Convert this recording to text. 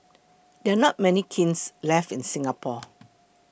there are not many kilns left in Singapore